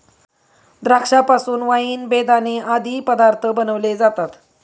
द्राक्षा पासून वाईन, बेदाणे आदी पदार्थ बनविले जातात